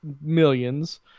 millions